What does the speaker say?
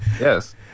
Yes